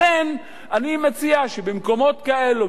לכן אני מציע שבמקומות כאלה,